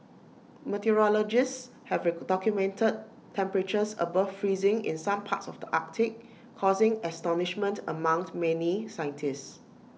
meteorologists have documented temperatures above freezing in some parts of the Arctic causing astonishment among many scientists